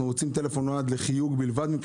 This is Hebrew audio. אנחנו רוצים טלפון שנועד לחיוג בלבד.